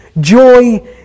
joy